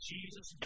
Jesus